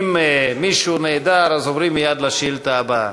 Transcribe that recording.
אם מישהו נעדר, עוברים מייד לשאילתה הבאה.